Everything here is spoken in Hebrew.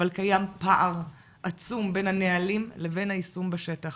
אבל קיים פער עצום בין הנהלים לבין היישום בשטח.